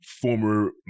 former